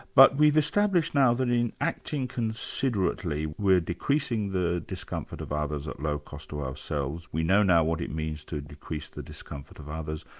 but we've established now that in acting considerately we're decreasing the discomfort of others at low cost to ourselves. we know now what it means to decrease the discomfort of others,